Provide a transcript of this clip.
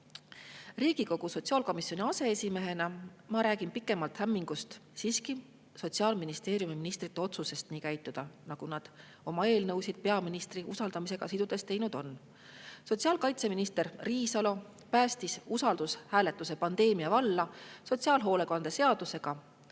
Riigikogu sotsiaalkomisjoni aseesimehena räägin ma siiski pikemalt hämmingust Sotsiaalministeeriumi ministrite otsusest käituda nii, nagu nad oma eelnõusid peaministri usaldamisega sidudes teinud on. Sotsiaalkaitseminister Riisalo päästis usaldushääletuse pandeemia valla sotsiaalhoolekande seadusega.